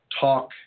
Talk